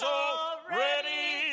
already